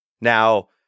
Now